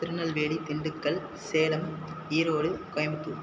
Tirunelveli Dindigul Salem Erode Coimbatore